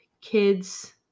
kids